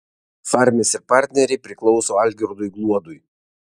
farmis ir partneriai priklauso algirdui gluodui